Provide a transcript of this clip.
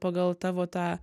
pagal tavo tą